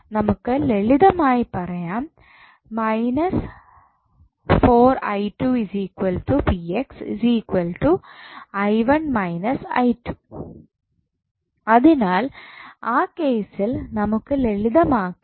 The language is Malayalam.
നമുക്ക് ലളിതമായി പറയാം അതിനാൽ ആ കേസിൽ നമുക്ക് ലളിതമാക്കാം